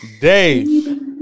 Dave